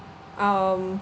um